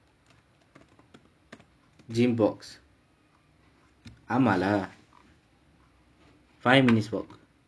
gym box ஆமா:aamaa lah five minutes walk